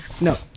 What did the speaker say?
No